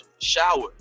shower